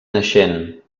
naixent